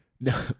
No